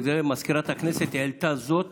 מזכירת הכנסת העלתה זאת